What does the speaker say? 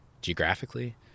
geographically